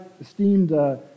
esteemed